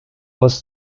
was